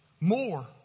more